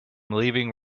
leaving